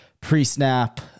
pre-snap